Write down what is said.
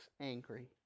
angry